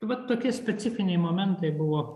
vat tokie specifiniai momentai buvo